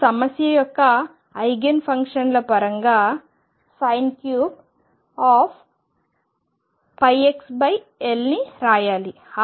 నేను సమస్య యొక్క ఐగెన్ ఫంక్షన్ల పరంగా 3 πxL ని రాయాలి